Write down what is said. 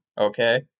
okay